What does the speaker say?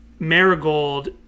Marigold